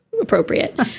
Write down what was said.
appropriate